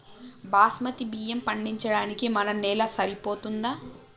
బాస్మతి బియ్యం పండించడానికి మన నేల సరిపోతదా?